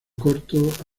corto